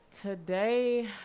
Today